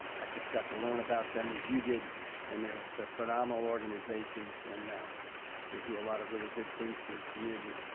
i just got to learn about them as you did and they're they're phenomenal organizations and they do a lot of really good things for this community.